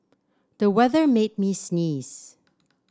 the weather made me sneeze